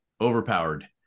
overpowered